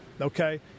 okay